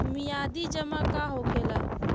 मियादी जमा का होखेला?